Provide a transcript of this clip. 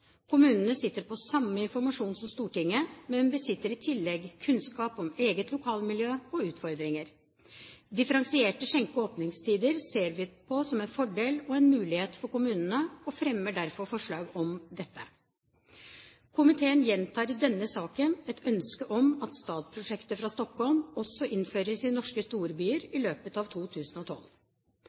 Kommunene sitter på samme informasjon som Stortinget, men besitter i tillegg kunnskap om eget lokalmiljø og utfordringer. Differensierte skjenke- og åpningstider ser vi på som en fordel og en mulighet for kommunene, og fremmer derfor forslag om dette. Komiteen gjentar i denne saken et ønske om at STAD-prosjektet fra Stockholm også innføres i norske storbyer i løpet av 2012.